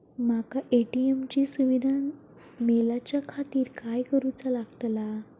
माका ए.टी.एम ची सुविधा मेलाच्याखातिर काय करूचा लागतला?